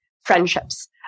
friendships